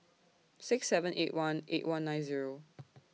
six seven eight one eight one nine Zero